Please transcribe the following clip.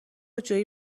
جویی